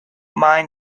mind